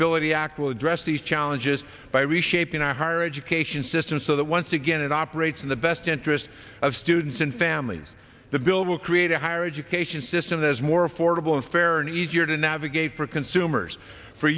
ability act will address these challenges by reshaping our higher education system so that once again it operates in the best interest of students and families the bill will create a higher education system that is more affordable and fairer an easier to navigate for consumers for